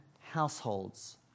households